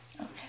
Okay